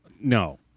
No